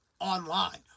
online